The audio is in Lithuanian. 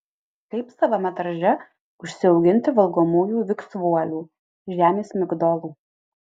kaip savame darže užsiauginti valgomųjų viksvuolių žemės migdolų